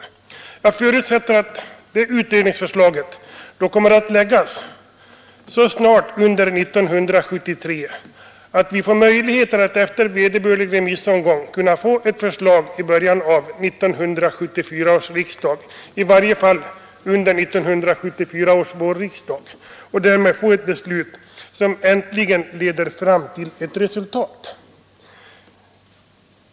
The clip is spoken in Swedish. Jag förutsätter att det utredningsförslaget kommer att läggas fram så snart under 1973 att vi efter vederbörlig remissomgång kan få ett förslag till riksdagen i början av 1974, i varje fall under 1974 års vårriksdag, och därmed kan fatta ett beslut som äntligen leder fram till ett resultat.